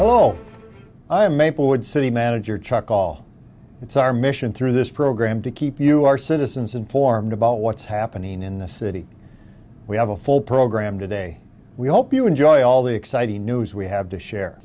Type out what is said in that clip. am maplewood city manager chuck all it's our mission through this program to keep you our citizens informed about what's happening in the city we have a full program today we hope you enjoy all the exciting news we have to share